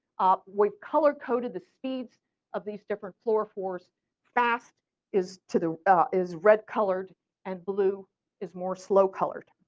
ah we color coded the speeds of these different flurophores fast is to the is red colored and blue is more slow colored.